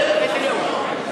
איזה לאום?